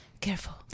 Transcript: Careful